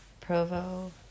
Provo